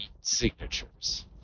signatures